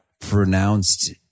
pronounced